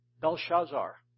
Belshazzar